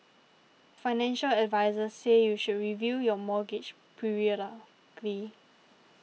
financial advisers say you should review your mortgage periodically